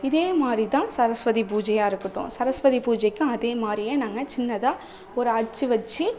இதேமாதிரி தான் சரஸ்வதி பூஜையாக இருக்கட்டும் சரஸ்வதி பூஜைக்கும் அதே மாதிரியே நாங்கள் சின்னதாக ஒரு அச்சு வச்சு